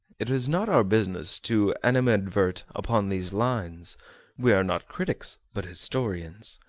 it is not our business to animadvert upon these lines we are not critics, but historians.